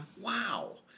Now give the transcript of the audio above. Wow